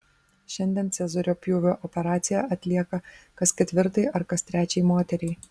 šiandien cezario pjūvio operacija atlieka kas ketvirtai ar kas trečiai moteriai